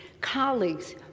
Colleagues